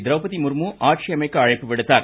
திரௌபதி முர்மு ஆட்சியமைக்க அழைப்பு விடுத்தார்